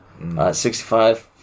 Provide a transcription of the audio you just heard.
65